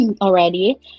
already